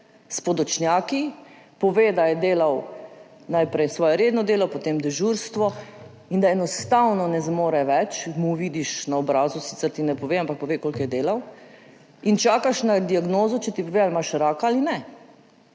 s podočnjaki, pove, da je delal najprej svoje redno delo, potem dežurstvo in da enostavno ne zmore več, vidiš mu na obrazu, sicer ti ne pove, ampak pove, koliko je delal, in čakaš na diagnozo, da ti pove, ali imaš raka ali ne